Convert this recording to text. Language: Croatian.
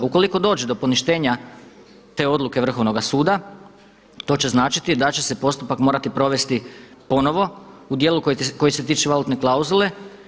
Ukoliko dođe do poništenja te odluke Vrhovnoga suda to će značiti da će se postupak morati provesti ponovo u dijelu koji se tiče valutne klauzule.